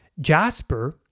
Jasper